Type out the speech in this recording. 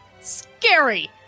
scary